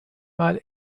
mal